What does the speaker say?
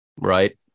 right